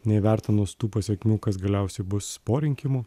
neįvertinus tų pasekmių kas galiausiai bus po rinkimų